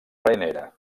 farinera